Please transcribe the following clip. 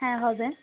হ্যাঁ হবে